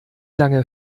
lange